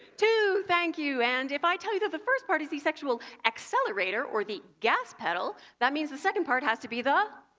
two! thank you! and if i tell you the the first part is the sexual accelerator or the gas pedal, that means the second part has to be the?